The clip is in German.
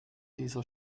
dieser